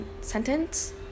sentence